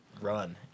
run